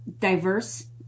diverse